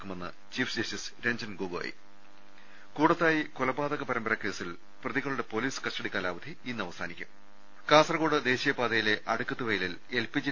ക്കുമെന്ന് chief justice Ranjan Gogoi Koodathayi കൊലപാതക പരമ്പര കേസിൽ പ്രതികളുടെ പൊലീസ് കസ്റ്റഡി കാലാവധി ഇന്ന് അവസാനിക്കും കാസർകോട് ദേശീയപാതയിലെ അടുക്കത്ത് വയലിൽ എൽ പി ജി